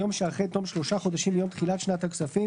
היום שאחרי תום שלושה חודשים מיום תחילת שנת הכספים